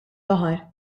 baħar